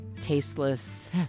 tasteless